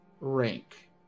rank